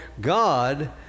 God